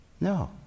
No